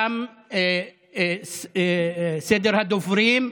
תם סדר הדוברים.